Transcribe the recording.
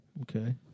Okay